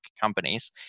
companies